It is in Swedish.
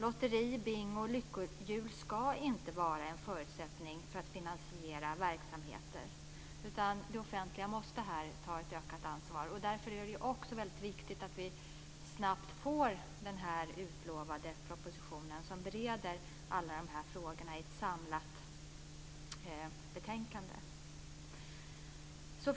Lotteri, bingo och lyckohjul ska inte vara en förutsättning för att finansiera verksamheter. Det offentliga måste här ta ett ökat ansvar. Därför är det också viktigt att vi snabbt får den utlovade propositionen som behandlar alla dessa frågor i ett sammanhang.